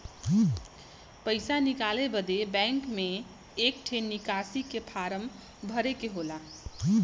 पइसा निकाले बदे बैंक मे एक ठे निकासी के फारम भरे के होला